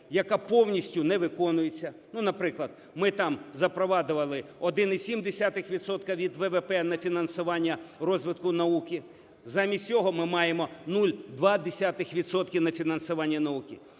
яка повністю не виконується. Ну, наприклад, ми там запровадили 1,7 відсотка від ВВП на фінансування розвитку науки, замість цього ми маємо 0,2 відсотки на фінансування науки.